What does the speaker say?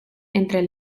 entre